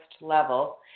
level